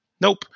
Nope